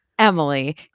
Emily